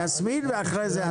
יסמין, ורק אז אתה.